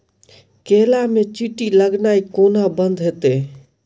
केला मे चींटी लगनाइ कोना बंद हेतइ?